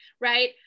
right